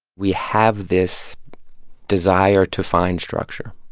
we have this desire to find structure.